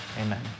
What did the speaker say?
amen